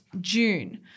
June